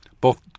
Both